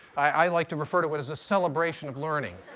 i like to refer to it as a celebration of learning.